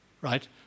Right